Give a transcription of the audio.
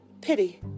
Pity